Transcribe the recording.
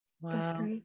Wow